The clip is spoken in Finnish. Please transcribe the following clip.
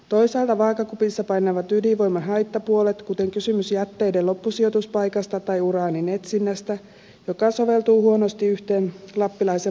toisaalta vaakakupissa painavat ydinvoimat haittapuolet kuten kysymys jätteiden loppusijoituspaikasta tai uraanin etsinnästä joka soveltuu huonosti yhteen lappilaisen matkailuimagon kanssa